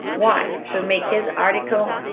why? so make his article.